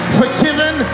forgiven